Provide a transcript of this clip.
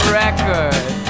record